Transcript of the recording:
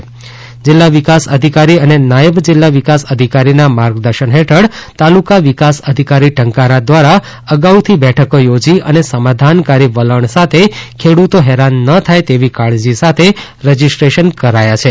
માનનીય જિલ્લા વિકાસ અધિકારી અને નાયબ જિલ્લા વિકાસ અધિકારીના માર્ગદર્શન હેઠળ તાલુકા વિકાસ અધિકારી ટંકારા દ્વારા અગાઉથી બેઠકો યોજી અને સમાધાનકારી વલણ સાથે ખેડૂતો હેરાન ન થાય તેવી કાળજી સાથે રજીસ્ટ્રેશન કરાયા છે